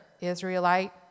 Israelite